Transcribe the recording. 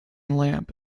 lamp